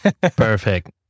Perfect